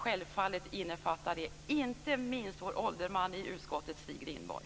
Självfallet innefattar det inte minst vår ålderman i utskottet, Stig Rindborg.